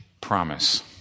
promise